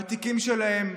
בתיקים שלהם,